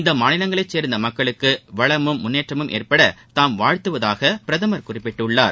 இந்தமாநிலங்களைச் சேர்ந்தமக்களுக்குவளமும் முன்னேற்றமும் ஏற்படதாம் வாழ்த்துவதாகபிரதமர் குறிப்பிடுகிறார்